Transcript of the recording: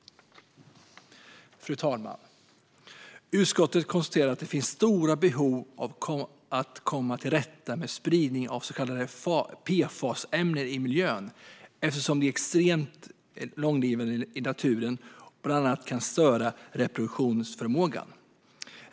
Fru talman! Utskottet konstaterar att det finns ett stort behov av att komma till rätta med spridningen av så kallade PFAS-ämnen i miljön, eftersom de är extremt långlivade i naturen och bland annat kan störa reproduktionsförmågan.